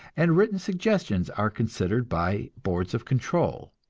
and written suggestions are considered by boards of control.